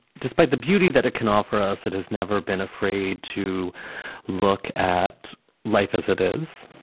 despite the beauty that it can offer us that has never been afraid to look at life as it is.